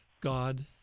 God